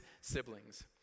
siblings